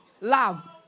love